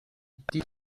die